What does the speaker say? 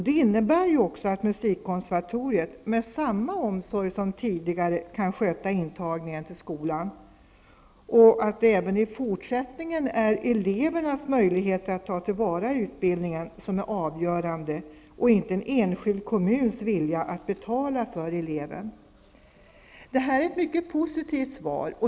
Det innebär också att musikkonservatoriet med samma omsorg som tidigare kan sköta intagningen till skolan och att det även i fortsättningen är elevernas möjligheter att ta till vara utbildningen som är avgörande och inte en enskild kommuns vilja att betala för eleven. Detta är ett mycket positivt svar.